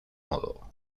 modo